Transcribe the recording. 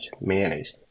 mayonnaise